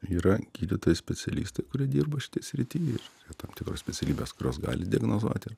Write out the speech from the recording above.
yra gydytojai specialistai kurie dirba šitoj srity tam tikros specialybės kurios gali diagnozuot ir